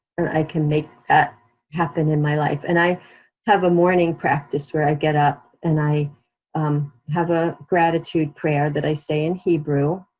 and i can make that happen in my life, and i have a morning practice, where i get up, and i have a gratitude prayer that i say in hebrew,